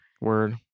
Word